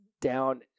down